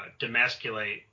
demasculate